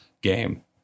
game